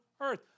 earth